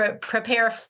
prepare